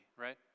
right